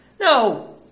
no